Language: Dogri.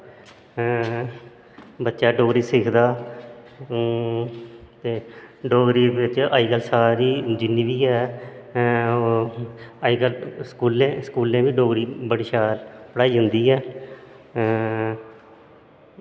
बच्चा डोगरी सिखदा डोगरी बिच्च अजकल सारी जिन्नी बी ऐ अज कल स्कूलैं बी डोगरी बड़ी शैल पढ़ाई जंदी ऐ